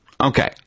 Okay